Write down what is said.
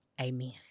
Amen